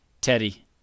Teddy